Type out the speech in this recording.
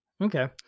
Okay